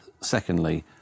secondly